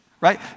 right